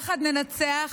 "יחד ננצח"